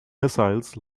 missiles